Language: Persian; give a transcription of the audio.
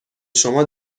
شما